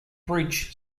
bridge